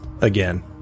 again